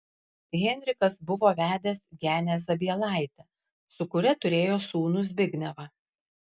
henrikas buvo vedęs genę zabielaitę su kuria turėjo sūnų zbignevą